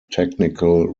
technical